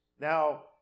Now